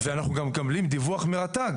ואנחנו גם מקבלים דיווח מרט"ג.